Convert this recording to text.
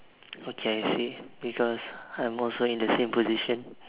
okay I see because I am also in the same position